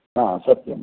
हा सत्यं